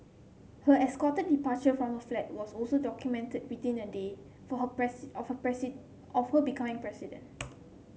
her escorted departure from her flat was also documented within a day for her of her of her becoming president